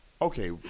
Okay